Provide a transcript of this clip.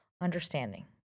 understanding